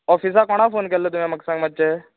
ऑफिसान कोणाक फोन केल्लो तुवें म्हाका सांग मात्शें